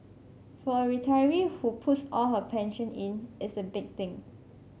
for a retiree who puts all her pension in it's a big thing